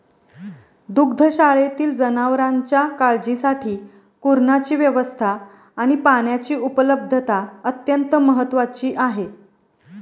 दुग्धशाळेतील जनावरांच्या काळजीसाठी कुरणाची व्यवस्था आणि पाण्याची उपलब्धता अत्यंत महत्त्वाची आहे